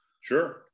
Sure